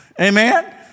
Amen